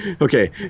okay